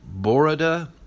Borada